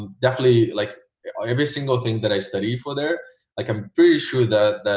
definitely like every single thing that i study for they're like i'm pretty sure that